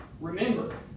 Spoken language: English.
Remember